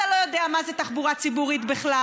אתה לא יודע מה זה תחבורה ציבורית בכלל.